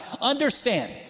understand